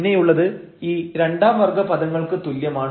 പിന്നെയുള്ളത് ഈ രണ്ടാം വർഗ്ഗ പദങ്ങൾക്ക് തുല്യമാണ്